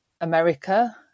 America